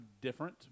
different